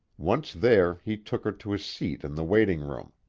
once there, he took her to a seat in the waiting-room.